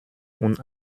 und